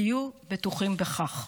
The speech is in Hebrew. תהיו בטוחים בכך.